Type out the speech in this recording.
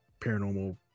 paranormal